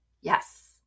yes